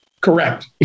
Correct